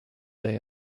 day